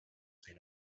seen